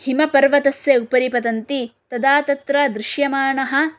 हिमपर्वतस्य उपरि पतन्ति तदा तत्र दृश्यमानः